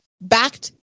backed